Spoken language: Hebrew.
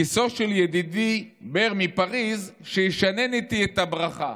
גיסו של ידידי בר מפריז, שישנן איתי את הברכה,